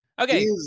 Okay